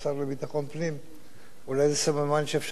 אולי זה סממן שאפשר לאחד את המשרדים ולחסוך משרד אחד.